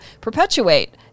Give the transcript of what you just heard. perpetuate